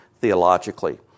theologically